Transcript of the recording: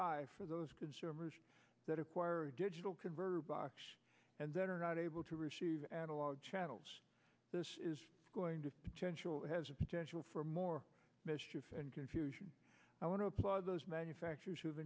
high for those consumers that acquire a digital converter box and then are not able to receive analog channels going to has a potential for more mischief and confusion i want to applaud those manufacturers who